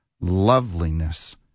loveliness